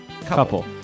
couple